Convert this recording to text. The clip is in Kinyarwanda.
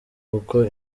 kuko